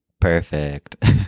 Perfect